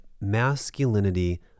masculinity